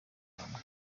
hamwe